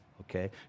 Okay